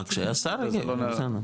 אה כשהיה שר, בסדר.